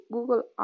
Google